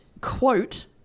quote